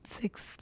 six